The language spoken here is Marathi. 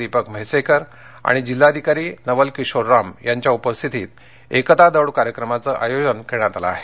दीपक म्हैसेकर आणि जिल्हाधिकारी नवल किशोर रामयांच्या उपस्थितीत एकता दौड कार्यक्रमाचं आयोजन करण्यात आलं आहे